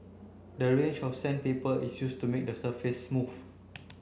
the range of sandpaper is used to make the surface smooth